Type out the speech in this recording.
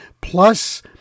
plus